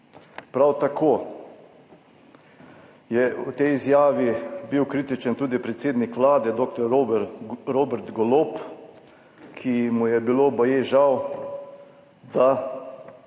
Prav tako je v tej izjavi bil kritičen tudi predsednik Vlade, dr. Robert Golob, ki mu je bilo baje žal, da